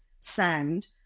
sound